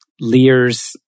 Lear's